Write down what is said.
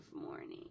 morning